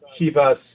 Chivas